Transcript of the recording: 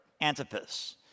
Antipas